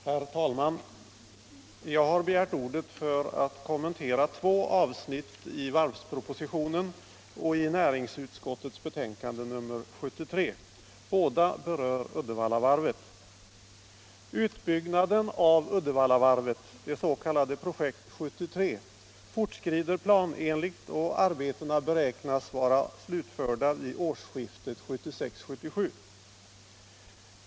Herr talman! Jag har begärt ordet för att kommentera två avsnitt i varvspropositionen och i näringsutskottets betänkande nr 73. Båda berör Uddevallavarvet. Utbyggnaden av Uddevallavarvet, det s.k. Projekt 73, fortskrider planenligt, och arbetena beräknas vara slutförda vid årsskiftet 1976/77.